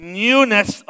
newness